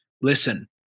Listen